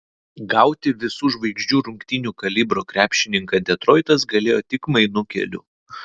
gauti visų žvaigždžių rungtynių kalibro krepšininką detroitas galėjo tik mainų keliu